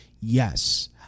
yes